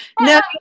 No